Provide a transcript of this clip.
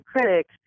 critics